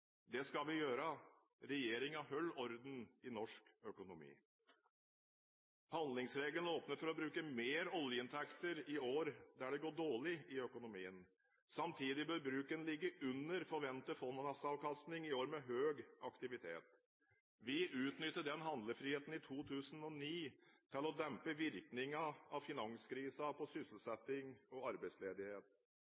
Det skal vi gjøre. Regjeringen holder orden i norsk økonomi. Handlingsregelen åpner for å bruke mer oljeinntekter i år der det går dårlig i økonomien. Samtidig bør bruken ligge under forventet fondsavkastning i år med høy aktivitet. Vi utnyttet den handlefriheten i 2009 til å dempe virkningen av finanskrisen på